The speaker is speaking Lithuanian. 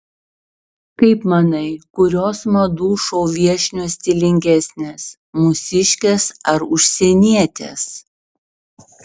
kaip manai kurios madų šou viešnios stilingesnės mūsiškės ar užsienietės